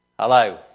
Hello